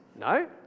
no